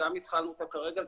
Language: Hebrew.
שגם התחלנו אותה כרגע,